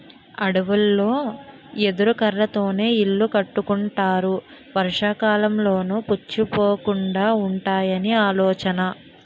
అడవులలో ఎదురు కర్రలతోనే ఇల్లు కట్టుకుంటారు వర్షాకాలంలోనూ పుచ్చిపోకుండా వుంటాయని ఆలోచన